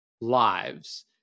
lives